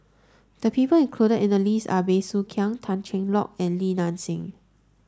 the people included in the list are Bey Soo Khiang Tan Cheng Lock and Li Nanxing